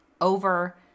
over